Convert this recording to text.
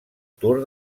tour